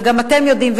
וגם אתם יודעים,